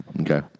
Okay